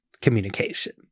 communication